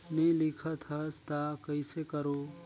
नी लिखत हस ता कइसे करू?